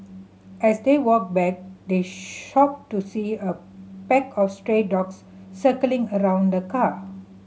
as they walked back they shocked to see a pack of stray dogs circling around the car